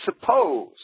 suppose